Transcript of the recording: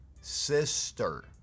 sister